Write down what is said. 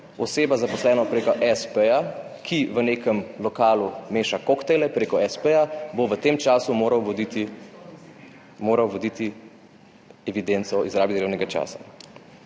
oseba, zaposlena prek s. p., ki v nekem lokalu meša koktajle prek s. p., bo v tem času morala voditi evidenco o izrabi delovnega časa.